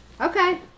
Okay